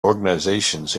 organizations